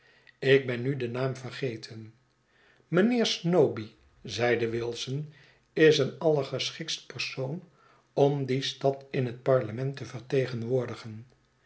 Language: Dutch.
ik ben nu den naam vergeten mijnheer snowbee zeide wilson is een allergeschiktst persoon om die stad in het parlement te vertegenwoordigen